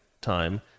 time